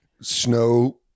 snow